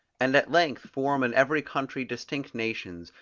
and at length form in every country distinct nations,